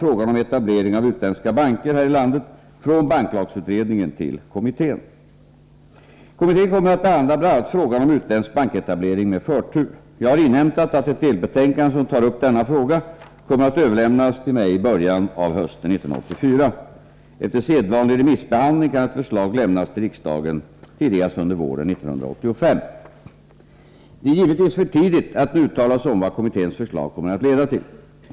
Torsdagen den frågan om etablering av utländska banker här i landet från banklagsutred = 5 april 1984 ningen till kommittén. Kommittén kommer att behandla bl.a. frågan om utländsk banketable Om avskaffande av ring med förtur. Jag har inhämtat att ett delbetänkande som tar upp denna förbudet mot utfråga kommer att överlämnas till mig i början av hösten 1984. Efter sedvanlig — Jändsk banketableremissbehandling kan ett förslag lämnas till riksdagen tidigast under våren 1985. Det är givetvis för tidigt att nu uttala sig om vad kommitténs förslag kommer att leda till.